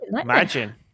Imagine